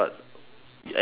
ah